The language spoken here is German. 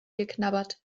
geknabbert